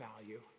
value